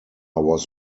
was